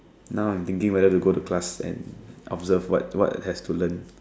now I'm thinking whether to go to class and observe what what have to learn